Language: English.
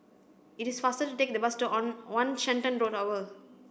it is faster to take the bus on One Shenton to Tower